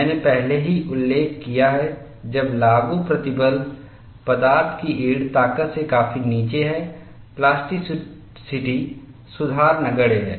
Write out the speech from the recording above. मैंने पहले ही उल्लेख किया है जब लागू प्रतिबल पदार्थ की यील्ड ताकत से काफी नीचे है प्लास्टिसिटी सुधार नगण्य है